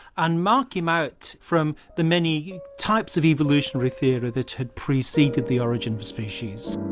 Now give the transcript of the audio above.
and mark him out from the many types of evolutionary theory that had preceded the origin of species.